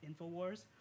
Infowars